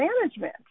management